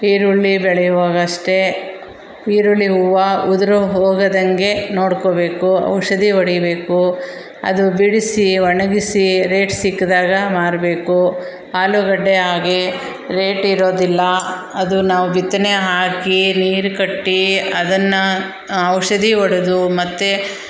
ಈರುಳ್ಳಿ ಬೆಳೆಯುವಾಗಷ್ಟೇ ಈರುಳ್ಳಿ ಹೂವು ಉದ್ರಿ ಹೋಗದಂಗೆ ನೋಡ್ಕೋಬೇಕು ಔಷಧಿ ಹೊಡಿಬೇಕು ಅದು ಬಿಡಿಸಿ ಒಣಗಿಸಿ ರೇಟ್ ಸಿಕ್ಕಿದಾಗ ಮಾರಬೇಕು ಆಲೂಗಡ್ಡೆ ಹಾಗೆ ರೇಟಿರೋದಿಲ್ಲ ಅದು ನಾವು ಬಿತ್ತನೆ ಹಾಕಿ ನೀರು ಕಟ್ಟಿ ಅದನ್ನು ಔಷಧಿ ಹೊಡೆದು ಮತ್ತೆ